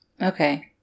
Okay